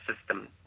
system